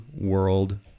World